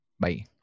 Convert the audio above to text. bye